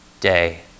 day